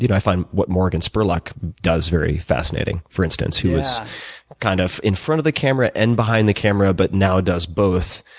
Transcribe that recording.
you know i find what morgan spurlock does very fascinating, for instance. he was kind of in front of the camera and behind the camera but now does both,